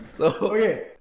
Okay